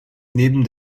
neben